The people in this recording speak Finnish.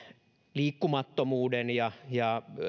liikkumattomuuden